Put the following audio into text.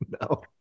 No